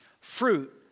Fruit